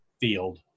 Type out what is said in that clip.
field